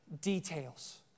details